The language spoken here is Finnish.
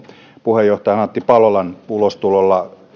puheenjohtajan antti palolan ulostulo